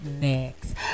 next